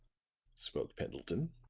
spoke pendleton.